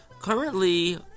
currently